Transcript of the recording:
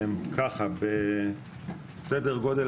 ככה בסדר גודל,